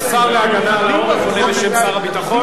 אתה יותר מדי השר להגנה על העורף עונה בשם שר הביטחון.